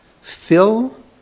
fill